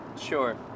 Sure